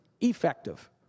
effective